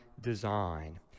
design